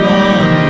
one